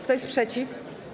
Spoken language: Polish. Kto jest przeciw?